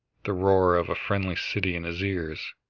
the roar of a friendly city in his ears.